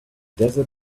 desert